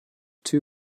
two